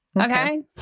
Okay